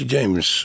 James